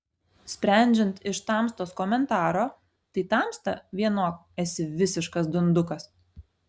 sprendžiant iš tamstos komentaro tai tamsta vienok esi visiškas dundukas